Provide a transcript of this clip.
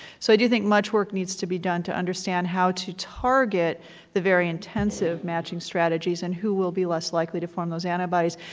so i do think much work needs to be done to understand how to target the very intensive matching strategies and who will be less likely to form those antibodies.